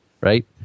right